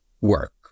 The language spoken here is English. work